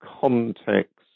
context